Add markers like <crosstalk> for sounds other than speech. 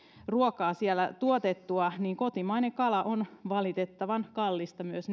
ruokaa tuotettua kotimainen kala on valitettavan kallista myös <unintelligible>